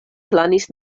planis